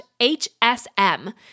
HSM